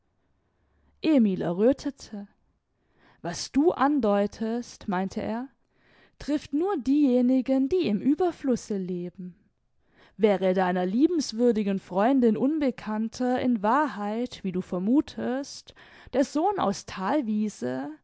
emil erröthete was du andeutest meinte er trifft nur diejenigen die im ueberfluße leben wäre deiner liebenswürdigen freundin unbekannter in wahrheit wie du vermuthest der sohn aus